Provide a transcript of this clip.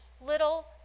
little